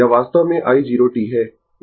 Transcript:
यह वास्तव में i 0 t है